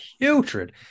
Putrid